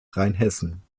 rheinhessen